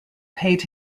paid